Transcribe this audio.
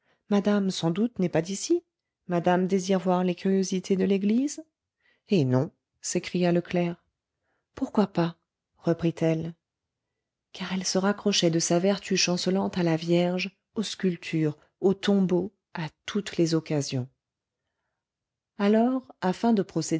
madame sans doute n'est pas d'ici madame désire voir les curiosités de l'église eh non s'écria le clerc pourquoi pas reprit-elle car elle se raccrochait de sa vertu chancelante à la vierge aux sculptures aux tombeaux à toutes les occasions alors afin de